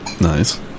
Nice